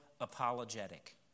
apologetic